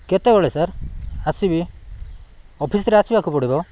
କେତେବେଳେ ସାର୍ ଆସିବି ଅଫିସ୍ରେ ଆସିବାକୁ ପଡ଼ିବ